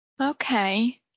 okay